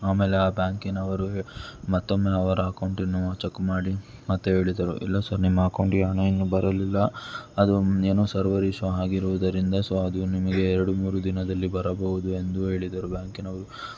ಅಮೇಲೆ ಆ ಬ್ಯಾಂಕಿನವರು ಹೆ ಮತ್ತೊಮ್ಮೆ ಅವರ ಅಕೌಂಟಿನವ ಚಕ್ ಮಾಡಿ ಮತ್ತು ಹೇಳಿದರು ಇಲ್ಲ ಸರ್ ನಿಮ್ಮ ಅಕೌಂಟಿಗೆ ಹಣ ಇನ್ನು ಬರಲಿಲ್ಲ ಅದು ಏನೋ ಸರ್ವರ್ ಇಶ್ಯೂ ಆಗಿರುವುದರಿಂದ ಸೊ ಅದು ನಿಮಗೆ ಎರಡು ಮೂರು ದಿನದಲ್ಲಿ ಬರಬಹುದು ಎಂದು ಹೇಳಿದರು ಬ್ಯಾಂಕಿನವರು